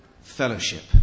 fellowship